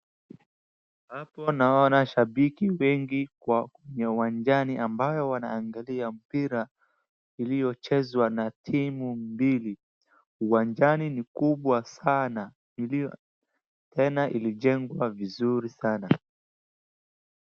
Hapo naona shabiki wengi kwenye uwanjani ambayo wanaangalia mpira iliyochezwa na timu mbili. Uwanjani ni kubwa sana, tena ilijengwa vizuri sana.